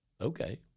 okay